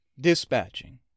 Dispatching